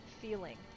feeling